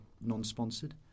non-sponsored